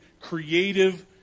creative